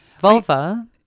vulva